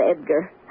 Edgar